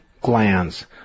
glands